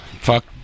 Fuck